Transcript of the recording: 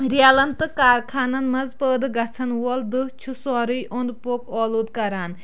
ریلَن تہٕ کارخانن منٛز پٲدٕ گژھن وول دٔہ چھ سورُے اوٚند پوٚکھ اولوٗدٕ کَران